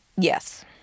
Yes